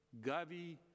Gavi